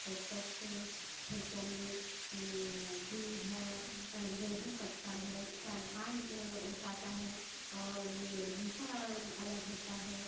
tractor से खेतों में बीज है गेहूँ कटता है धान ओसाता है और यह भूँसा अलग होता है